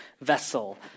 vessel